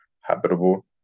habitable